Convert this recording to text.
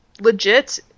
legit